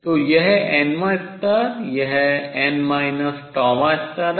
तो यह n वां स्तर यह वां स्तर है